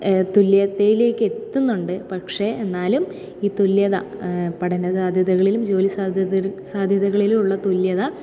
തുല്യതയിലേക്ക് എത്തുന്നുണ്ട് പക്ഷെ എന്നാലും ഈ തുല്യത പഠനസാധ്യതകളിലും ജോലിസാധ്യതരു ജോലിസാധ്യതകളിലും ഉള്ളൊരു തുല്യത